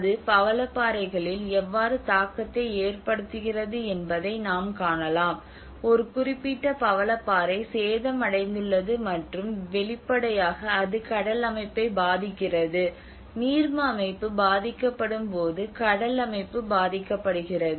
அது பவளப்பாறைகளில் எவ்வாறு தாக்கத்தை ஏற்படுத்துகிறது என்பதை நாம் காணலாம் ஒரு குறிப்பிட்ட பவளப்பாறை சேதமடைந்துள்ளது மற்றும் வெளிப்படையாக அது கடல் அமைப்பை பாதிக்கிறது நீர்ம அமைப்பு பாதிக்கப்படும்போது கடல் அமைப்பு பாதிக்கப்படுகிறது